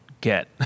get